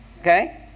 Okay